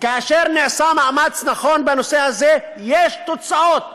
כאשר נעשה מאמץ נכון בנושא הזה יש תוצאות.